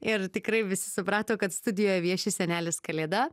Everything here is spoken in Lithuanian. ir tikrai visi suprato kad studijoje vieši senelis kalėda